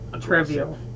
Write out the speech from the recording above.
Trivial